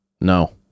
No